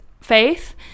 faith